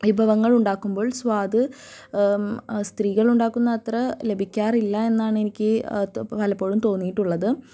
വിഭവങ്ങൾ ഉണ്ടാക്കുമ്പോൾ സ്വാദ് സ്ത്രീകൾ ഉണ്ടാക്കുന്ന അത്ര ലഭിക്കാറില്ല എന്നാണ് എനിക്ക് പലപ്പോഴും തോന്നിയിട്ടുള്ളത്